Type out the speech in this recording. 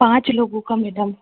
पाँच लोगों का मैडम